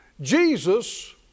Jesus